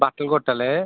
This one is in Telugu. బట్టలు కుట్టాలి